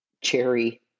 cherry